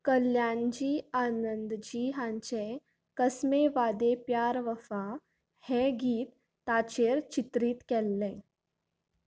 कल्याणजी आनंदजी हांचे कस्मे वादे प्यार वफा हें गीत ताचेर चित्रीत केल्लें